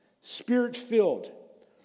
spirit-filled